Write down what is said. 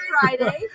Friday